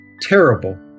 terrible